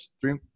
Three